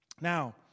Now